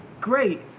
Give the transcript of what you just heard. great